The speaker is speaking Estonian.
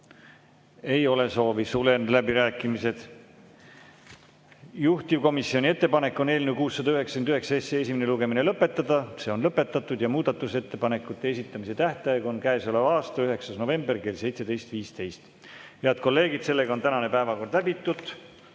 Ei ole soovi, sulen läbirääkimised. Juhtivkomisjoni ettepanek on eelnõu 699 esimene lugemine lõpetada, see on lõpetatud. Muudatusettepanekute esitamise tähtaeg on käesoleva aasta 9. november kell 17.15.Head kolleegid! Tänane päevakord on läbitud